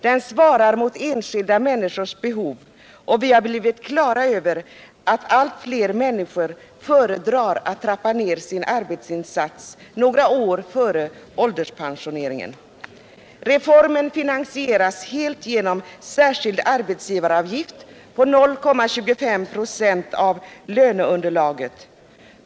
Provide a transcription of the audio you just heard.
Den svarar mot enskilda människors behov, och vi har blivit klara över att allt fler människor föredrar att trappa ned sin arbetsinsats några år före ålderspensioneringen.